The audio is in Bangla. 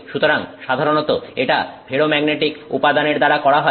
সুতরাং সাধারণত এটা ফেরোম্যাগনেটিক উপাদানের দ্বারা করা হয়